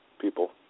people